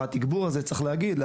צריך להגיד שהתגבור הזה,